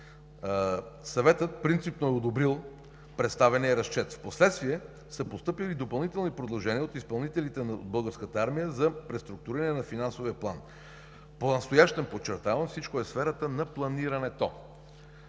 Съветът принципно е одобрил представения разчет. Впоследствие са постъпили допълнителни предложения от изпълнителите на българската армия за преструктуриране на финансовия план. Понастоящем, подчертавам, всичко е в сферата на планирането.